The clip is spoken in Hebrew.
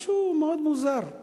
משהו מאוד מוזר.